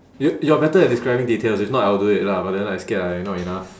you you're better at describing details if not I will do it lah but then I scared I not enough